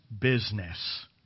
business